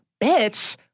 bitch